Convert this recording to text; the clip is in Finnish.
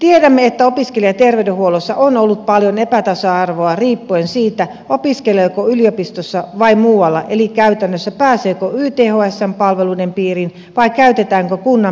tiedämme että opiskelijaterveydenhuollossa on ollut paljon epätasa arvoa riippuen siitä opiskeleeko yliopistossa vai muualla eli käytännössä pääseekö ythsn palveluiden piiriin vai käytetäänkö kunnan perusterveydenhuoltoa